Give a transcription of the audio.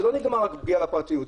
זה לא נגמר רק בפגיעה בפרטיות.